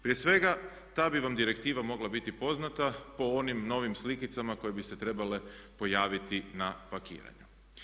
Prije svega ta bi vam direktiva mogla biti poznata po onim novim slikicama koje bi se trebale pojaviti na pakiranju.